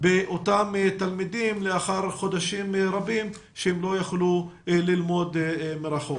באותם תלמידים לאחר חודשים רבים שהם לא יכלו ללמוד מרחוק.